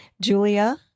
Julia